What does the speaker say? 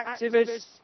activists